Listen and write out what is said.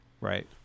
right